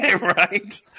Right